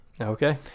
Okay